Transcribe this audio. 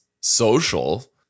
social